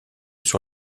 sur